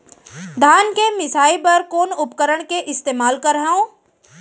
धान के मिसाई बर कोन उपकरण के इस्तेमाल करहव?